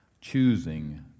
Choosing